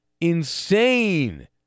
insane